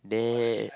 then